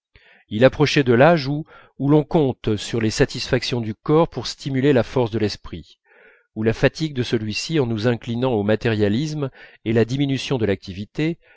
il approchait de l'âge où l'on compte sur les satisfactions du corps pour stimuler la force de l'esprit où la fatigue de celui-ci en nous inclinant au matérialisme et la diminution de l'activité